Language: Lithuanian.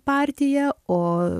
partiją o